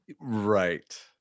Right